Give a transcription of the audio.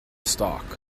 stock